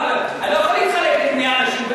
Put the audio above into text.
אני לא יכול להתחלק למאה אנשים.